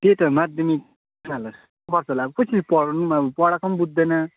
त्यही त माध्यमिक यिनीहरूलाई कसरी पढाउनु अब पढाएको पनि बुझ्दैन